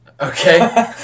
Okay